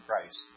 Christ